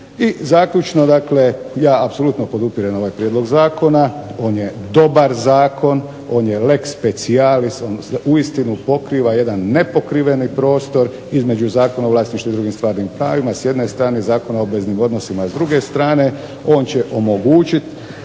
I zaključno dakle ja apsolutno podupirem ovaj prijedlog zakona, on je dobar zakon, on je leg specialis, uistinu pokriva jedan nepokriveni prostor između Zakona o vlasništvu i u drugim stvarnim pravima s jedne strane Zakona o obveznim odnosima s druge strane, on će omogućiti